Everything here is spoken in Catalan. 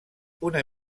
una